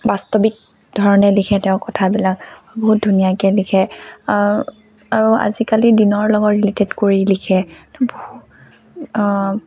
বাস্তৱিক ধৰণে লিখে তেওঁ কথাবিলাক বহুত ধুনীয়াকৈ লিখে আৰু আজিকালি দিনৰ লগত ৰিলেটেড কৰি লিখে